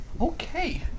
Okay